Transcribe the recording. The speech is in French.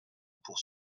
pour